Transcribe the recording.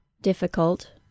difficult